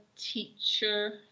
teacher